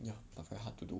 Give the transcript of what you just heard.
ya but very hard to do